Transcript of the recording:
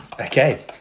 okay